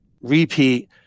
repeat